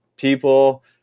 People